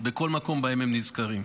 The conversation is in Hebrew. בכל מקום שבו הם נזכרים.